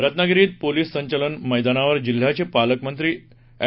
रत्नागिरीत पोलीस संचलन मद्यानावर जिल्ह्याचे पालकमंत्री अॅड